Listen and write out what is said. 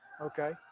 okay